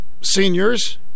seniors